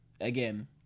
again